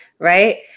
right